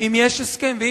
אם יש הסכם, וב.